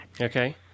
okay